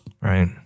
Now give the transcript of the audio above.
Right